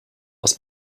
was